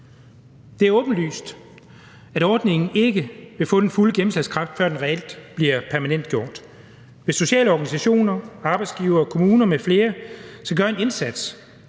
Det er åbenlyst, at ordningen ikke vil få den fulde gennemslagskraft, før den reelt bliver permanentgjort. Hvis sociale organisationer, arbejdsgivere, kommuner m.fl. skal gøre en indsats